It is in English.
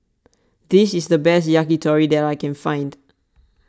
this is the best Yakitori that I can find